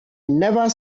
never